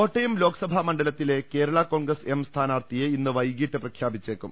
കോട്ടയം ലോക്സഭാ മണ്ഡലത്തിലെ കേരള കോൺഗ്രസ് എം സ്ഥാനാർത്ഥിയെ ഇന്ന് വൈകീട്ട് പ്രഖ്യാപിച്ചേക്കും